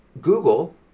Google